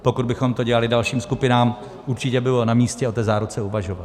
Pokud bychom to dělali dalším skupinám, určitě by bylo namístě o té záruce uvažovat.